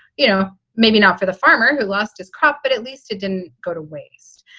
you know, maybe not for the farmer who lost his crop, but at least it didn't go to waste.